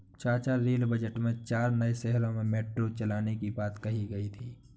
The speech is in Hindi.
चाचा रेल बजट में चार नए शहरों में मेट्रो चलाने की बात कही गई थी